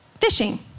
fishing